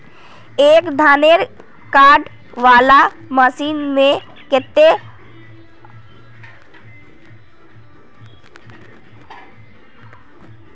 एक धानेर कांटे वाला मशीन में कते ऑफर मिले है?